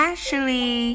Ashley